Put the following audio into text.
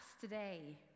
today